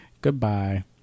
Goodbye